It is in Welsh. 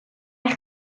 eich